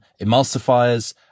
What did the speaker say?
emulsifiers